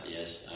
yes